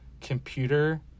computer